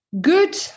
good